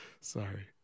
Sorry